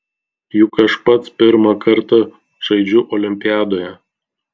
juk aš pats pirmą kartą žaidžiu olimpiadoje